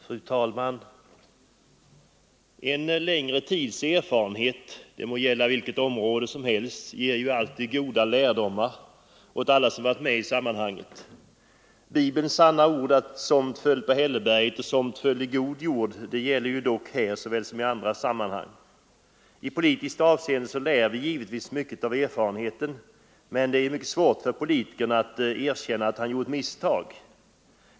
Fru talman! En längre tids erfarenhet, det må gälla vilket område som helst, ger alltid goda lärdomar åt alla som varit med i sammanhanget. Bibelns sanna ord om att somt föll på hälleberget och somt föll i god jord gäller dock här såväl som i andra sammanhang. I politiska avseenden lär vi givetvis mycket av erfarenheten, men det är svårt för politikern att erkänna att han har gjort misstag.